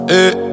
Hey